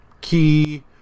Key